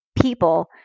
people